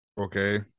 okay